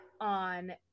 on